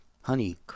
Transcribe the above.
honey